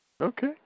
Okay